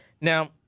Now—